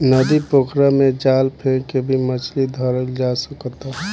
नदी, पोखरा में जाल फेक के भी मछली धइल जा सकता